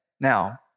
Now